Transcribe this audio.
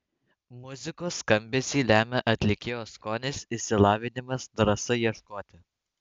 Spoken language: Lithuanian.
muzikos skambesį lemia atlikėjo skonis išsilavinimas drąsa ieškoti